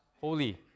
holy